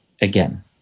again